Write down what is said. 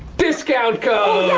discount code! oh yeah,